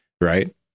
right